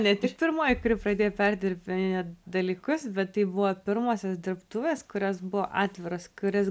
ne tik pirmoji kuri pradėjo perdirbinėt dalykus bet tai buvo pirmosios dirbtuvės kurios buvo atviros kurias